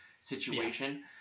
situation